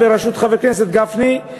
בראשות חבר הכנסת גפני,